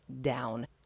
down